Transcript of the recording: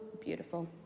beautiful